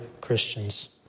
Christians